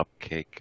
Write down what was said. Cupcake